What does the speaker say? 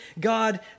God